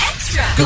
Extra